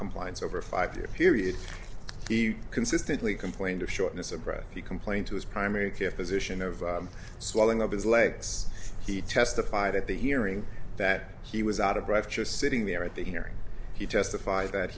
noncompliance over a five year period he consistently complained of shortness of breath he complained to his primary care physician of swelling of his legs he testified at the hearing that he was out of breath just sitting there at the hearing he testified that